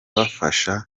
bafasha